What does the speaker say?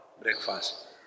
breakfast